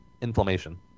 inflammation